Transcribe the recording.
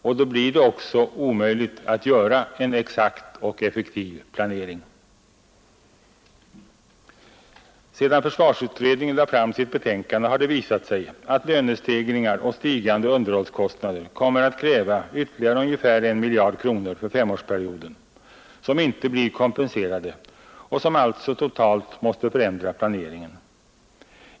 Och då blir det också omöjligt att göra en exakt och effektiv planering. Sedan försvarsutredningen lade fram sitt betänkande har det visat sig att lönestegringar och stigande underhållskostnader kommer att kräva 51 ytterligare ungefär 1 miljard kronor för femårsperioden som inte blir kompenserade och som alltså måste totalt förändra planeringen.